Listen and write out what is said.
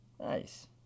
Nice